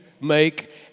make